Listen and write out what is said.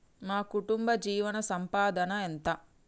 మా కుటుంబ జీవన సంపాదన ఎంత?